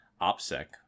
OPSEC